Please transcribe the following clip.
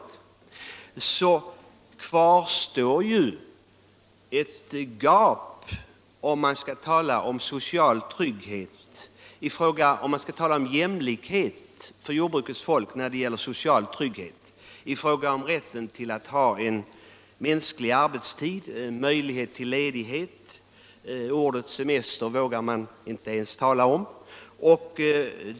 Men ändå kvarstår det ett gap när det gäller jämlikheten för jordbrukets folk rörande social trygghet, rätt till normal arbetstid och möjligheterna till ledighet. Och ordet semester vågar man inte ens ta i sin mun.